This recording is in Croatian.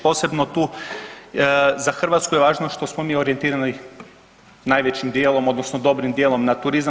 Posebno tu za Hrvatsku je važno što smo mi orijentirani najvećim dijelom odnosno dobrim dijelom na turizam.